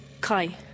Kai